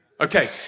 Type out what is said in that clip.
Okay